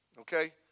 okay